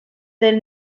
del